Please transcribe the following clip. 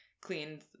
cleaned